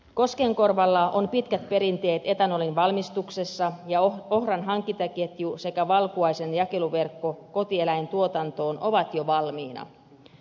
koskenkorvalla on pitkät perinteet etanolin valmistuksessa ja ohran hankintaketju sekä valkuaisen jakeluverkko kotieläintuotantoon ovat jo valmiina